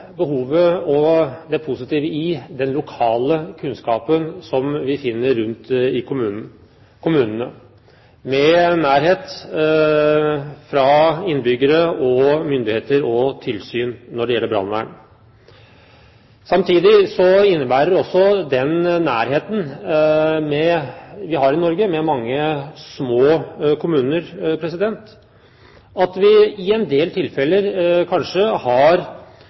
behovet og det positive i den lokale kunnskapen vi finner rundt i kommunene, med nærhet for innbyggere og myndigheter og tilsyn når det gjelder brannvern. Samtidig innebærer den nærheten vi har i Norge, med mange små kommuner, at det i en del tilfeller kanskje